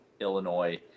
Illinois